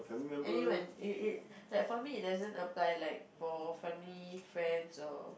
anyone it it like for me it doesn't apply like for family friends or